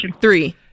three